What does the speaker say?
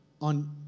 on